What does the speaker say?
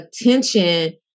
attention